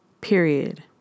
Period